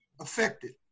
affected